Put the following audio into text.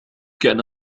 كان